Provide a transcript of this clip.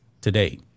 today